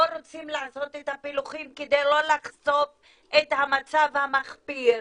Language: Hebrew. רוצים לעשות את הפילוחים כדי לא לחשוף את המצב המחפיר.